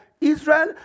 Israel